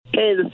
Hey